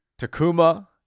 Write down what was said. Takuma